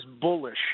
bullish